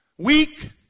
Weak